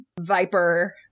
Viper